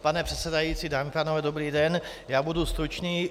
Pane předsedající, dámy a pánové, dobrý den, já budu stručný.